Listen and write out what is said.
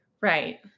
right